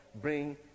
bring